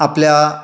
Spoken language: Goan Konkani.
आपल्या